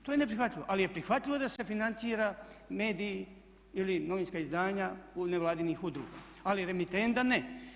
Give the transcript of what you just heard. To je neprihvatljivo, ali je prihvatljivo da se financira mediji ili novinska izdanja nevladinih udruga ali remitenda ne.